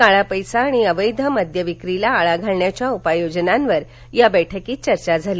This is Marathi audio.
काळा पैसा आणि अवैध मद्य विक्रीला आळा घालण्याच्या उपाययोजनांवर या बैठकीत चर्चा झाली